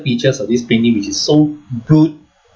features of this painting which is so good